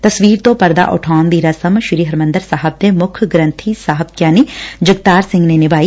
ਤਸਵੀਰ ਤੋਂ ਪਰਦਾ ਹਟਾਉਣ ਦੀ ਰਸਮ ਸ੍ਰੀ ਹਰਿਮੰਦਰ ਸਾਹਿਬ ਦੇ ਮੁੱਖ ਗ੍ਰੰਬੀ ਸਾਹਿਬ ਗਿਆਨੀ ਜਗਤਾਰ ਸਿੰਘ ਨੇ ਨਿਭਾਈ